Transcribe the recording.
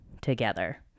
together